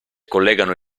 collegano